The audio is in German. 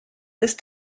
ist